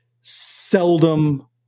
seldom